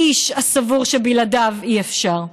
האיש הסבור שבלעדיו אי-אפשר.